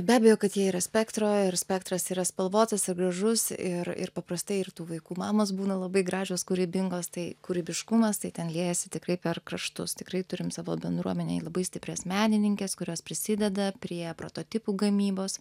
be abejo kad jie yra spektro ir spektras yra spalvotas ir gražus ir ir paprastai ir tų vaikų mamos būna labai gražios kūrybingos tai kūrybiškumas tai ten liejasi tikrai per kraštus tikrai turim savo bendruomenėj labai stiprias menininkes kurios prisideda prie prototipų gamybos